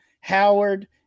Howard